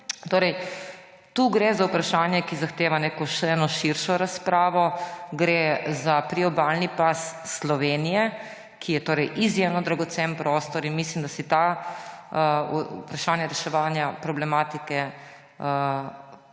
gre tu za vprašanje, ki zahteva še eno širšo razpravo. Gre za priobalni pas Slovenije, ki je izjemno dragocen prostor. Mislim, da si to vprašanje reševanja problematike